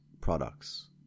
products